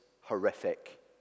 horrific